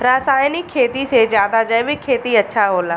रासायनिक खेती से ज्यादा जैविक खेती अच्छा होला